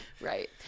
Right